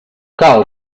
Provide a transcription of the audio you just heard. cal